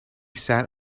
sat